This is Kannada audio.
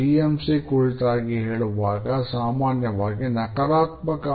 ಎಂ